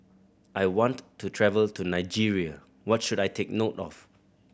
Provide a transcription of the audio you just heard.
I want to travel to Nigeria what should I take note of